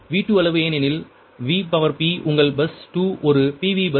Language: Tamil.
V2 அளவு ஏனெனில் Vp உங்கள் பஸ் 2 ஒரு PV பஸ்